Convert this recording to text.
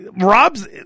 Rob's